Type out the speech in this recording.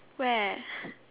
where